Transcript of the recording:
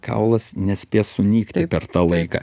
kaulas nespės sunykti per tą laiką